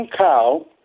cow